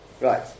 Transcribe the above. Right